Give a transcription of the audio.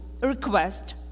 request